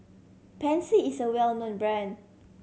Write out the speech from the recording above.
Pansy is a well known brand